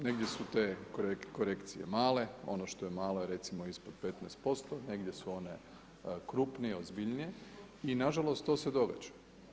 Negdje su te korekcije male, ono što je malo je recimo ispod 15% negdje su one krupnije, ozbiljnije i nažalost to se događa.